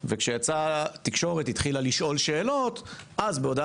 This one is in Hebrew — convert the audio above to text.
וכשהתקשורת החלה לשאול שאלות אז בהודעה